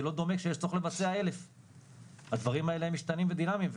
זה לא דומה כשיש צורך לבצע 1,000. הדברים האלה הם משתנים ודינמיים.